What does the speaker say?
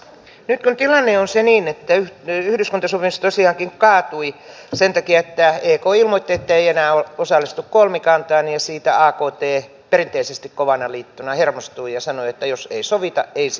nyt tilanne on se että yhteiskuntasopimus tosiaankin kaatui sen takia että ek ilmoitti että ei enää osallistu kolmikantaan ja siitä akt perinteisesti kovana liittona hermostui ja sanoi että jos ei sovita ei sitten sovita